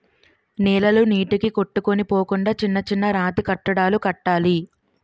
నేలలు నీటికి కొట్టుకొని పోకుండా చిన్న చిన్న రాతికట్టడాలు కట్టాలి